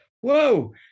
whoa